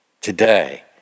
today